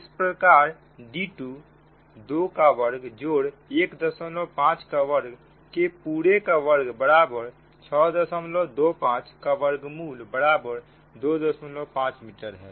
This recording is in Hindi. इस प्रकार d2 2 का वर्ग जोड़ 15 का वर्ग के पूरे का वर्गमूल बराबर 625 का वर्गमूल बराबर 25 मीटर है